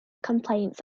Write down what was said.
complaints